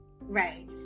right